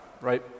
right